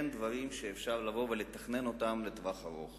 אין דברים שאפשר לבוא ולתכנן אותם לטווח ארוך.